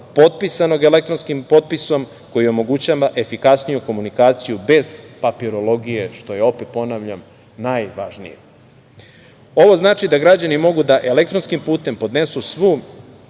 potpisanog elektronskim potpisom koji omogućava efikasniju komunikaciju bez papirologije što je, opet ponavljam, najvažnije. Ovo znači da građani mogu da elektronskim putem podnesu svu